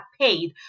paid